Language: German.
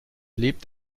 lebt